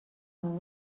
will